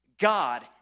God